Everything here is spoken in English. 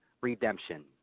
redemption